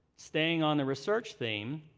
staying on the research theme,